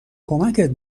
کمکت